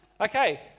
Okay